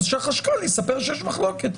שהחשכ"ל יספר שיש מחלוקת.